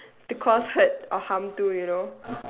to cause hurt or harm to you know